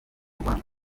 rwanda